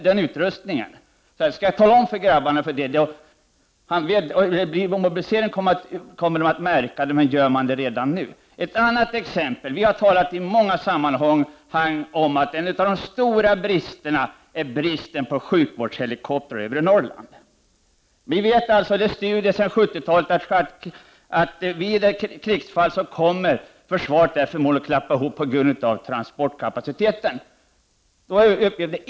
Vid mobilisering kommer pojkarna att märka hur det ligger till, men märker de det redan nu? Ett annat exempel: Vi har i många sammanhang talat om att en av de stora bristerna är bristen på sjukvårdshelikoptrar i övre Norrland. Vi vet efter studier redan under 1970-talet att försvaret där uppe vid krigsfall förmodligen kommer att klappa ihop på grund av dålig transportkapacitet.